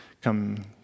come